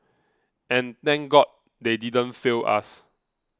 and thank god they didn't fail us